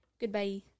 goodbye